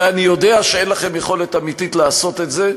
ואני יודע שאין לכם יכולת אמיתית לעשות את זה,